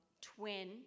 twin